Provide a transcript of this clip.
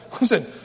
listen